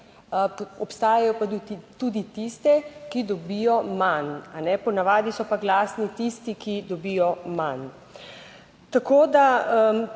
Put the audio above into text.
obstajajo pa tudi tiste, ki dobijo manj, ponavadi so pa glasni tisti, ki dobijo manj. Tako da